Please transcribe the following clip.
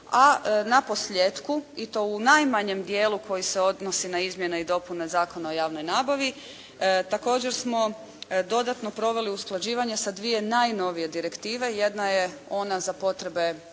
a naposljetku i to u najmanjem dijelu koji se odnosi na izmjene i dopune Zakona o javnoj nabavi, također smo dodatno proveli usklađivanje sa dvije najnovije direktive. Jedna je ona za potrebe